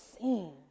seen